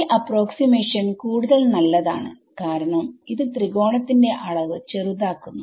ഈ അപ്രോക്സിമാഷൻകൂടുതൽ നല്ലതാണ് കാരണം ഇത് ത്രികോണത്തിന്റെ അളവ് ചെറുതാക്കുന്നു